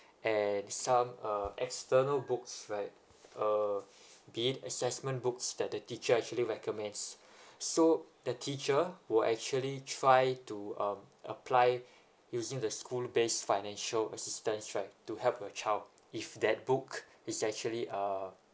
and some uh external books right uh be it assessment books that the teacher actually recommends so the teacher who actually try to um apply using the school based financial assistance right to help your child if that book is actually uh